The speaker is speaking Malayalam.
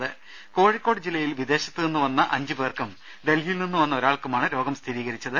രുമ കോഴിക്കോട് ജില്ലയിൽ വിദേശത്ത് നിന്നുവന്ന അഞ്ച് പേർക്കും ഡൽഹിയിൽ നിന്നും വന്ന ഒരാൾക്കുമാണ് രോഗം സ്ഥിരീകരിച്ചത്